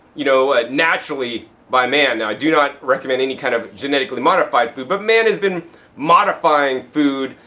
you know, naturally by man. now i do not recommend any kind of genetically modified food. but man has been modifying food,